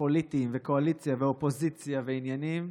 הפוליטיים וקואליציה ואופוזיציה ועניינים,